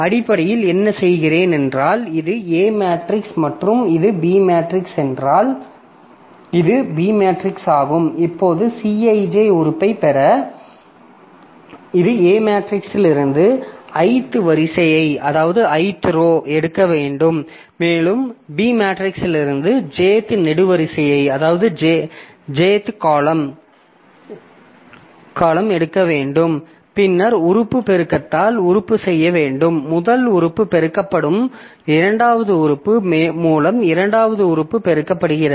அடிப்படையில் என்ன செய்கிறேன் என்றால் இது A மேட்ரிக்ஸ் மற்றும் இது B மேட்ரிக்ஸ் என்றால் இது பி மேட்ரிக்ஸ் ஆகும் இப்போது Cij உறுப்பை பெற இது A மேட்ரிக்ஸிலிருந்து ith வரிசையை எடுக்க வேண்டும் மேலும் B மேட்ரிக்ஸிலிருந்து Jth நெடுவரிசையை எடுக்க வேண்டும் பின்னர் உறுப்பு பெருக்கத்தால் உறுப்பு செய்ய வேண்டும் முதல் உறுப்பு பெருக்கப்படும் இரண்டாவது உறுப்பு மூலம் இரண்டாவது உறுப்பு பெருக்கப்படுகிறது